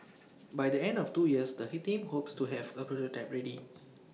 by the end of two years the hit team hopes to have A prototype ready